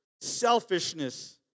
selfishness